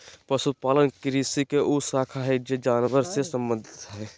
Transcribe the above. पशुपालन कृषि के उ शाखा हइ जे जानवर से संबंधित हइ